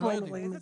לאיזה צורך?